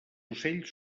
ocells